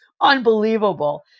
unbelievable